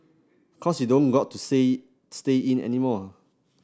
cause you don't got to say stay in anymore